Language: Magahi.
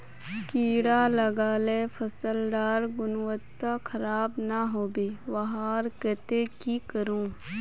कीड़ा लगाले फसल डार गुणवत्ता खराब ना होबे वहार केते की करूम?